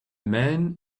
man